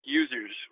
users